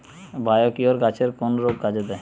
Biocure গাছের কোন রোগে কাজেদেয়?